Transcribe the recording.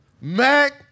Mac